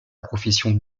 profession